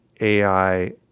AI